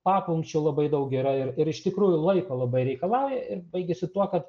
papunkčių labai daug yra ir ir iš tikrųjų laiko labai reikalauja ir baigiasi tuo kad